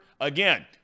Again